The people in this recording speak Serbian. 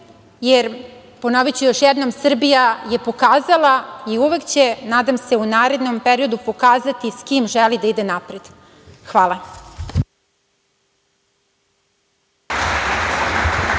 jer, ponoviću još jednom Srbija je pokazala i uvek će, nadam se u narednom periodu pokazati s kim želi da ide napred. Hvala.